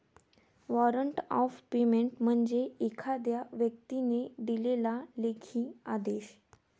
warrant of payment म्हणजे एखाद्या व्यक्तीने दिलेला लेखी आदेश